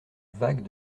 vague